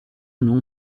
non